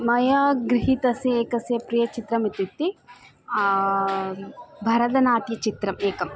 मया गृहीतस्य एकस्य प्रियचित्रम् इत्युक्ते भरदनाट्यचित्रम् एकम्